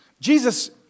Jesus